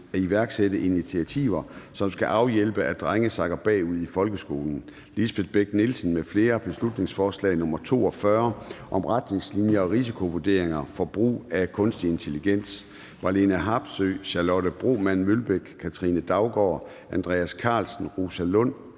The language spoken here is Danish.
at iværksætte initiativer, som skal afhjælpe, at drenge sakker bagud i folkeskolen). Lisbeth Bech-Nielsen (SF) m.fl.: Beslutningsforslag nr. B 42 (Forslag til folketingsbeslutning om retningslinjer og risikovurderinger for brug af kunstig intelligens). Marlene Harpsøe (DD), Charlotte Broman Mølbæk (SF), Katrine Daugaard (LA), Andreas Karlsen (KF), Rosa Lund